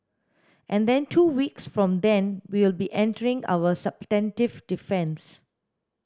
and then two weeks from then we'll be entering our substantive defence